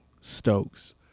Stokes